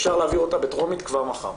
אפשר להעביר אותה טרומית כבר מחר.